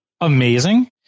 amazing